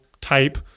type